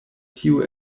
tio